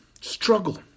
struggle